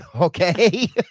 okay